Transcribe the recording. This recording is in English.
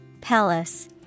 Palace